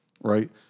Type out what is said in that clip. right